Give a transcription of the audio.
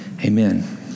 Amen